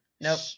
Nope